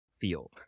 feel